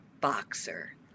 boxer